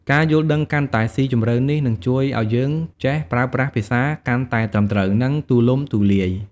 ការយល់ដឹងកាន់តែស៊ីជម្រៅនេះ នឹងជួយឲ្យយើងចេះប្រើប្រាស់ភាសាកាន់តែត្រឹមត្រូវ និងទូលំទូលាយ។